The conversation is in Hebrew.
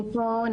דבר שלישי,